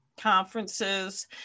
conferences